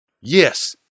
Yes